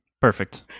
Perfect